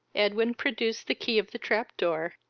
edwin produced the key of the trap-door,